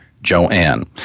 Joanne